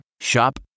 Shop